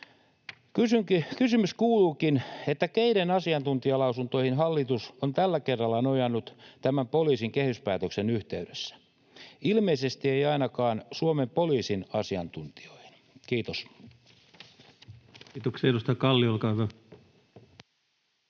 Kysymys kuuluukin, keiden asiantuntijalausuntoihin hallitus on tällä kerralla nojannut tämän poliisin kehyspäätöksen yhteydessä. Ilmeisesti ei ainakaan Suomen poliisin asiantuntijoiden. — Kiitos. [Speech 147] Speaker: